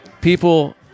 people